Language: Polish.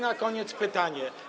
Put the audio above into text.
Na koniec pytanie.